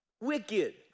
wicked